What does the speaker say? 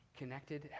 connected